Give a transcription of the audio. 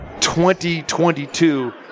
2022